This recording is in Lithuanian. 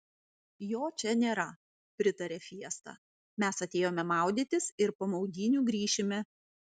jo čia nėra pritarė fiesta mes atėjome maudytis ir po maudynių grįšime